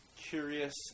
curious